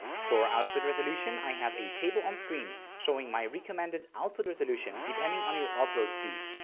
for output resolution, i have a table on-screen showing my recommended output resolution depending on your upload speed.